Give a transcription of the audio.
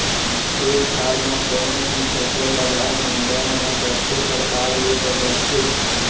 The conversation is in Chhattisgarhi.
खेत खार म कोनों भी फसल लगाए म बन ह कतको परकार ले बगरथे